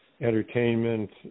entertainment